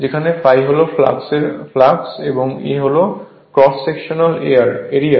যেখানে ∅ হল ফ্লাক্স এবং A হল ক্রস সেকশনাল এরিয়া